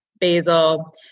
basil